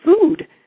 food